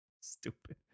Stupid